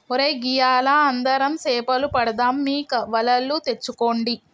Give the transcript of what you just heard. ఒరై గియ్యాల అందరం సేపలు పడదాం మీ వలలు తెచ్చుకోండి